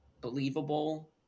believable